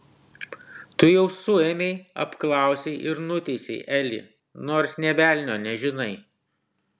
tu jau suėmei apklausei ir nuteisei elį nors nė velnio nežinai